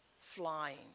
flying